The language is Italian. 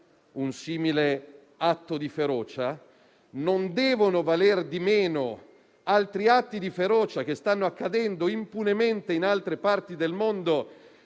un simile atto di ferocia; non devono valere di meno altri atti di ferocia che stanno accadendo impunemente in altre parti del mondo